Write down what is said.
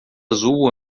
azul